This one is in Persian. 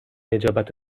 نجابت